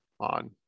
on